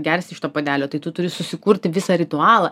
gersi iš to puodelio tai tu turi susikurti visą ritualą